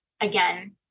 again